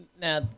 Now